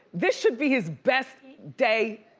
this should be his best day.